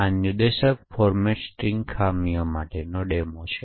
આ નિદર્શન format string ખામીઓ માટે છે